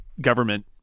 government